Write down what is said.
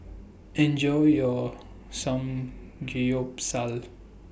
Enjoy your Samgyeopsal